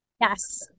yes